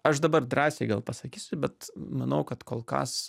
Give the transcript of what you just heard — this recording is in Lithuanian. aš dabar drąsiai gal pasakysiu bet manau kad kol kas